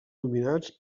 dominats